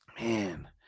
Man